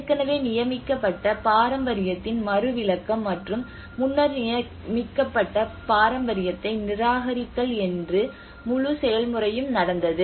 ஏற்கனவே நியமிக்கப்பட்ட பாரம்பரியத்தின் மறு விளக்கம் மற்றும் முன்னர் நியமிக்கப்பட்ட பாரம்பரியத்தை நிராகரித்தல் என்று முழு செயல்முறையும் நடந்தது